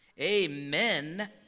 Amen